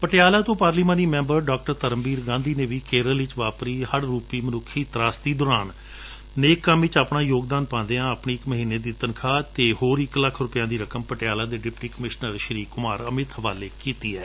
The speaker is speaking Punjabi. ਪਟਿਆਲਾ ਤੋ ਪਾਰਲੀਮਾਨੀ ਮੈਬਰ ਡਾ ਧਰਮਵੀਰ ਗਾਂਧੀ ਨੇ ਵੀ ਕੇਰਲਾ ਵਿਚ ਵਾਪਰੀ ਹੜ ਰੂਪੀ ਮਨੁੱਖੀ ਤਾਸਦੀ ਦੌਰਾਨ ਨੇਕ ਕੰਮ ਵਿਚ ਆਪਣਾ ਯੋਗਦਾਨ ਪਾਉਦਿਆਂ ਆਪਣੀ ਇਕ ਮਹੀਨੇ ਦੀ ਤਨਖਾਹ ਅਤੇ ਹੋਰ ਇਕ ਲੱਖ ਰੂਪੈਆ ਦੀ ਰਕਮ ਪਟਿਆਲਾ ਡਿਪਟੀ ਕਮਿਸ਼ਨਰ ਕੁਮਾਰ ਅਮਿਤ ਹਵਾਲੇ ਕੀਤੀ ਹੈ